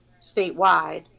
statewide